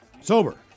Sober